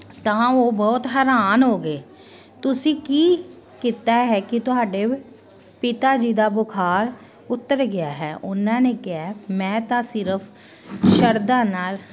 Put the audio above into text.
ਤਾਂ ਉਹ ਬਹੁਤ ਹੈਰਾਨ ਹੋ ਗਏ ਤੁਸੀਂ ਕੀ ਕੀਤਾ ਹੈ ਕਿ ਤੁਹਾਡੇ ਪਿਤਾ ਜੀ ਦਾ ਬੁਖਾਰ ਉੱਤਰ ਗਿਆ ਹੈ ਉਹਨਾਂ ਨੇ ਕਿਹਾ ਮੈਂ ਤਾਂ ਸਿਰਫ ਸ਼ਰਧਾ ਨਾਲ